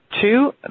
Two